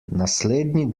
naslednji